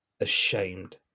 Ashamed